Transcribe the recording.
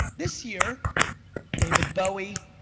this year david bowie,